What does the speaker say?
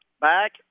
Back